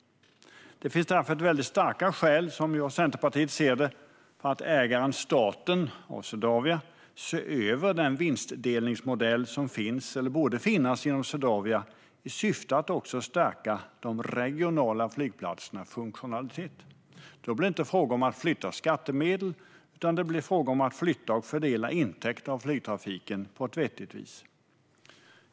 Det finns därför, som Centerpartiet ser det, starka skäl för att ägaren staten och Swedavia ser över den vinstdelningsmodell som finns, eller som borde finnas, inom Swedavia i syfte att stärka också de regionala flygplatsernas funktionalitet. Då blir det inte fråga om att flytta skattemedel, utan det blir fråga om att flytta och fördela intäkter av flygtrafiken på ett vettigt vis.